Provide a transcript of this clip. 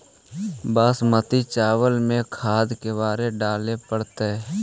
बासमती चावल में खाद के बार डाले पड़तै?